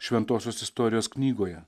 šventosios istorijos knygoje